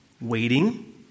waiting